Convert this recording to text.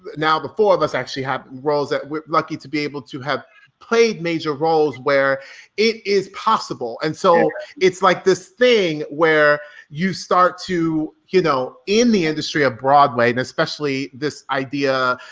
now the four of us actually have roles that we're lucky to be able to have played major roles where it is possible. and so it's like this thing where you start to, you know, in the industry of broadway and especially this idea,